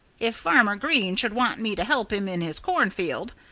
if farmer green should want me to help him in his cornfield,